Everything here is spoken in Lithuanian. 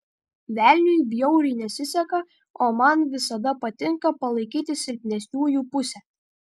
velniui bjauriai nesiseka o man visada patinka palaikyti silpnesniųjų pusę